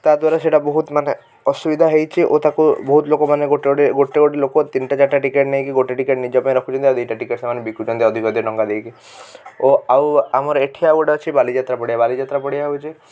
ତା ଦ୍ବାରା ସେଇଟା ବହୁତ ମାନେ ଅସୁବିଧା ହେଇଛି ଓ ତାକୁ ବହୁତ ଲୋକମାନେ ଗୋଟେ ଗୋଟେ ଗୋଟେ ଗୋଟେ ଲୋକ ତିନି ଟା ଚାରି ଟା ଟିକେଟ୍ ନେଇକି ଗୋଟେ ଟିକେଟ୍ ନିଜ ପାଇଁ ରଖୁଛନ୍ତି ଆଉ ଦୁଇଟା ଟିକେଟ୍ ସେମାନେ ବିକୁଛନ୍ତି ଅଧିକ ଅଧିକ ଟଙ୍କା ଦେଇକି ଓ ଆଉ ଆମର ଏଇଠି ଆଉ ଗୋଟେ ଅଛି ବାଲିଯାତ୍ରା ପଡ଼ିଆ ବାଲିଯାତ୍ରା ପଡ଼ିଆ ହେଉଛି